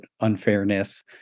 unfairness